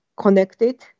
connected